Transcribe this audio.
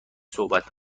صحبت